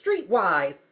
Streetwise